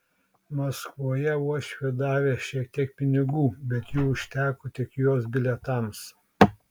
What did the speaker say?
maskvoje uošvė davė šiek tiek pinigų bet jų užteko tik jos bilietams